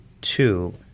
two